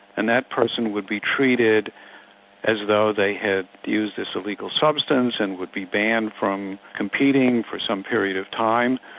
and that person would be treated as though they had used this illegal substance and would be banned from competing for some period of time,